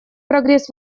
прогресс